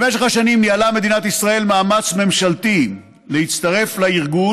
במשך השנים ניהלה מדינת ישראל מאמץ ממשלתי להצטרף לארגון,